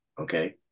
Okay